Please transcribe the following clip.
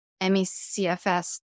MECFS